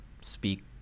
speak